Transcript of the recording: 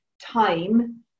time